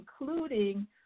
including